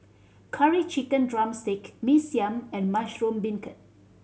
Curry Chicken drumstick Mee Siam and mushroom beancurd